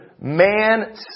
Man